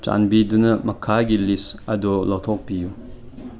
ꯆꯥꯟꯕꯤꯗꯨꯅ ꯃꯈꯥꯒꯤ ꯂꯤꯁ ꯑꯗꯨ ꯂꯧꯊꯣꯛꯄꯤꯌꯨ